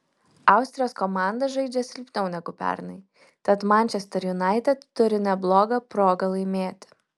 austrijos komanda žaidžia silpniau negu pernai tad manchester united turi neblogą progą laimėti